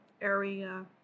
area